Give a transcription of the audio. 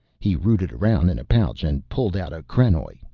he rooted around in a pouch and pulled out a krenoj.